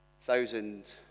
thousand